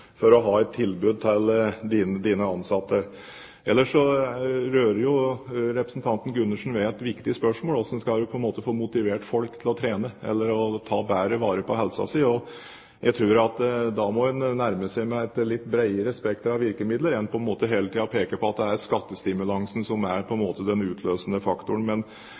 for å ha et tilbud til sine ansatte. Ellers rører representanten Gundersen ved et viktig spørsmål: Hvordan skal en få motivert folk til å trene og ta bedre vare på helsa? Jeg tror at da må en nærme seg med et litt bredere spekter av virkemidler enn hele tida å peke på at det er skattestimulansen som er den utløsende faktoren.